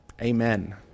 Amen